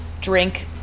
drink